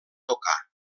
tocar